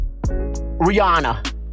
Rihanna